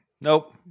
Nope